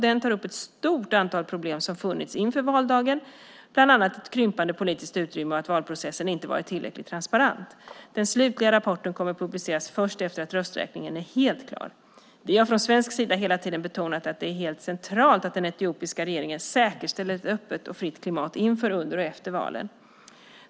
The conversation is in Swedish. Den tar upp ett stort antal problem som funnits inför valdagen, bland annat ett krympande politiskt utrymme och att valprocessen inte varit tillräckligt transparent. Den slutliga rapporten kommer att publiceras först efter att rösträkningen är helt klar. Vi har från svensk sida hela tiden betonat att det är helt centralt att den etiopiska regeringen säkerställer ett öppet och fritt klimat inför, under och efter valen.